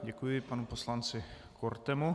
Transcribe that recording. Děkuji panu poslanci Kortemu.